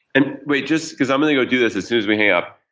and wait, just because i'm gonna go do this as soon as we hang up,